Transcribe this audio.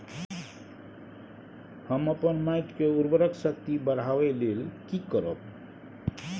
हम अपन माटी के उर्वरक शक्ति बढाबै लेल की करब?